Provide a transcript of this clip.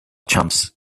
chumps